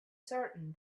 certain